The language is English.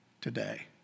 today